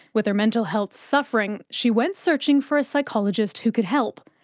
with her mental health suffering, she went searching for a psychologist who could help.